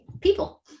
people